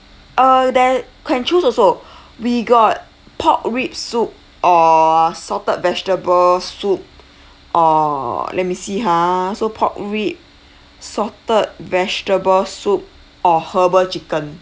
err that can choose also we got pork rib soup or salted vegetable soup or let me see ha so pork rib salted vegetable soup or herbal chicken